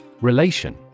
Relation